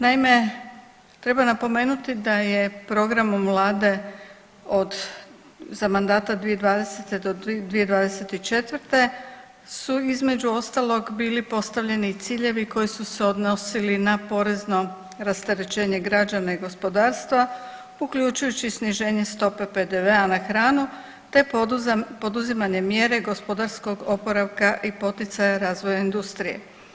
Naime, treba napomenuti da je programom Vlade za mandata 2020. do 2024. su između ostalog bili postavljeni i ciljevi koji su se odnosili na porezno rasterećenje građana i gospodarstva uključujući i sniženje stope PDV-a na hranu, te za poduzimanje mjere gospodarskog oporavka i poticaja razvoja industrije.